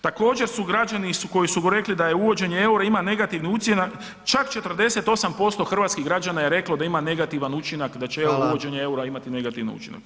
Također su građani koji su rekli da uvođenje EUR-a ima negativni utjecaj čak 48% hrvatskih građana je reklo da ima negativan učinak da [[Upadica: Hvala.]] će uvođenje EUR-a imati negativni učinak.